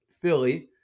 Philly